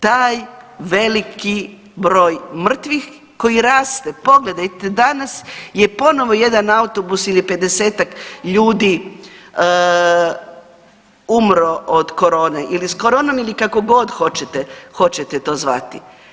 Taj veliki broj mrtvih koji raste, pogledajte danas je ponovno jedan autobus ili 50-ak ljudi umrlo od korone ili s koronom ili kako god hoćete to zvati.